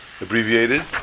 abbreviated